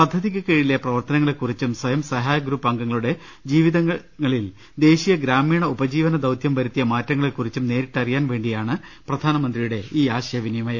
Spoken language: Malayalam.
പദ്ധതിക്ക് കീഴിലെ പ്രവർത്തനങ്ങളെ കുറിച്ചും സ്വയം സഹായ ഗ്രൂപ്പ് അംഗങ്ങളുടെ ജീവിതങ്ങളിൽ ദേശീയു ഗ്രാമീണ ഉപജീവന ദൌതൃം വരുത്തിയ മാറ്റങ്ങളെ കുറിച്ചും നേരിട്ടറിയാൻ വേണ്ടിയാണ് പ്രധാനമന്ത്രിയുടെ ഈ ആശയവിനിമയും